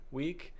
week